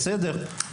בסדר,